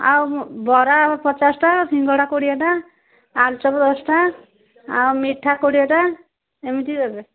ଆଉ ବରା ପଚାଶଟା ସିଙ୍ଗଡ଼ା କୋଡ଼ିଏଟା ଆଳୁଚପ ଦଶଟା ଆଉ ମିଠା କୋଡ଼ିଏଟା ଏମିତି ଦେବେ